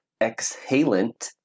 exhalant